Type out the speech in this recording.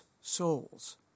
souls